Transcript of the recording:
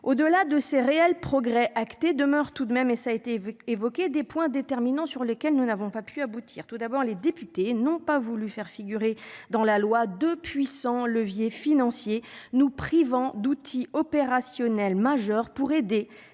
Au-delà de ces réels progrès acté demeure tout de même et ça été évoqué des points déterminants sur lesquels nous n'avons pas pu aboutir, tout d'abord les députés n'ont pas voulu faire figurer dans la loi de puissants leviers financiers nous privant d'outils opérationnels majeurs pour aider